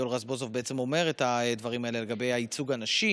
אני חושב שהקהילות היהודיות בחו"ל במשך שנים הן אלה שתמכו במדינה.